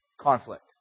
conflict